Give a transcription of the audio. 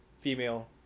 Female